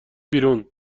بیرون